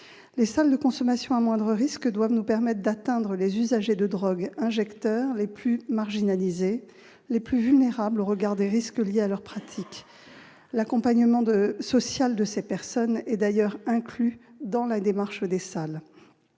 Les salles de consommation à moindre risque doivent nous permettre d'atteindre les usagers de drogue injecteurs les plus marginalisés, les plus vulnérables au regard des risques liés à leur pratique. L'accompagnement social de ces personnes est également inclus dans la démarche des salles.